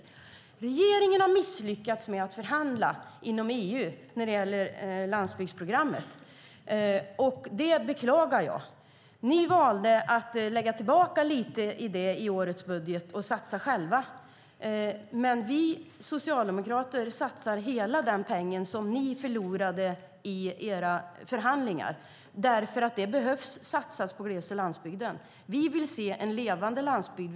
När det gäller landsbygdsprogrammet har regeringen misslyckats med att förhandla inom EU. Det beklagar jag. Ni valde att lägga tillbaka lite i årets budget och satsa själva, men vi socialdemokrater satsar hela den peng som ni förlorade i era förhandlingar, för det behöver satsas på gles och landsbygden. Vi vill se en levande landsbygd.